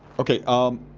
okay, um